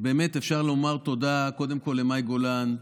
באמת אפשר לומר תודה קודם כול למאי גולן,